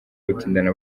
gutindana